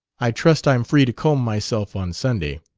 i trust i'm free to comb myself on sunday.